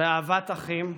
באהבת אחים,